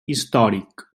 històric